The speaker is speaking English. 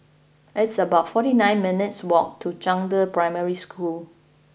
it's about forty nine minutes' walk to Zhangde Primary School